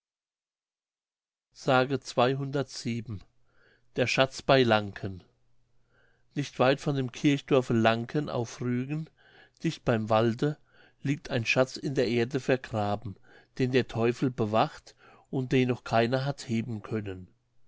mündlich der schatz bei lanken nicht weit von dem kirchdorfe lanken auf rügen dicht beim walde liegt ein schatz in der erde vergraben den der teufel bewacht und den noch keiner hat heben können